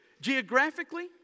Geographically